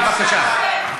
הצבעה חדשה, בבקשה.